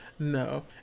no